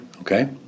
okay